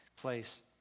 place